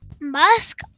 Musk